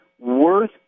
Worth